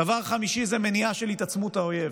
דבר חמישי הוא מניעה של התעצמות האויב.